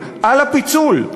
על הפיצול.